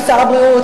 שהוא שר הבריאות,